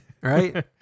right